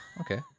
okay